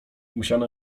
musiano